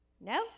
no